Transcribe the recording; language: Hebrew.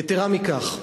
יתירה מכך,